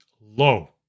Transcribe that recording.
low